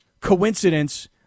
coincidence